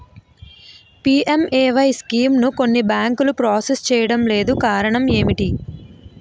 PMAY స్కీమును కొన్ని బ్యాంకులు ప్రాసెస్ చేయడం లేదు కారణం ఏమిటి?